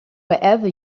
wherever